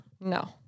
No